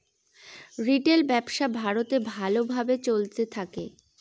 retail ব্যবসা ভারতে ভালো ভাবে চলতে থাকে